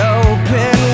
open